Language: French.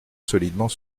solidement